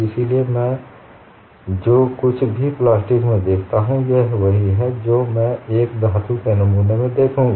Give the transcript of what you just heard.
इसलिए मैं जो कुछ भी प्लास्टिक में देखता हूं यह वही है जो मैं एक धातु के नमूने में देखूंगा